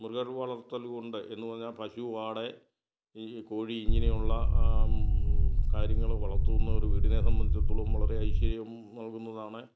മൃഗർ വളർത്തലുമുണ്ട് എന്ന് പറഞ്ഞാൽ പശു ആട് ഈ കോഴി ഇങ്ങനെയുള്ള കാര്യങ്ങൾ വളർത്തുന്നൊരു വീടിനെ സംബന്ധിച്ചിടത്തോളം വളരെ ഐശ്വര്യം നൽകുന്നതാണ്